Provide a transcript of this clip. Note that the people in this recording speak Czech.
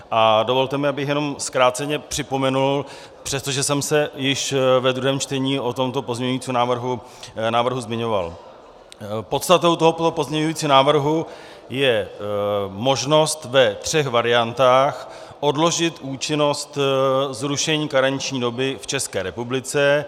A dovolte mi, abych jenom zkráceně připomenul, přestože jsem se již ve druhém čtení o tomto pozměňujícím návrhu zmiňoval podstatou tohoto pozměňujícího návrhu je možnost ve třech variantách odložit účinnost zrušení karenční doby v České republice.